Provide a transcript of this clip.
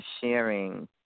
sharing